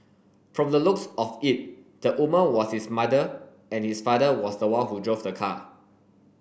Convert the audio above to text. from the looks of it the woman was his mother and his father was the one who drove the car